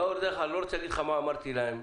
ואני לא רוצה להגיד לך מה אמרתי להם,